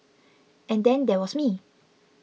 and then there was me